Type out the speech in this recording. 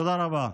תודה רבה.